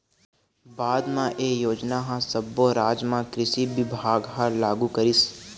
बाद म ए योजना ह सब्बो राज म कृषि बिभाग ह लागू करिस